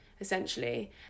essentially